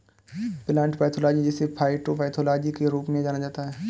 plant pathology जिसे फाइटोपैथोलॉजी के रूप में भी जाना जाता है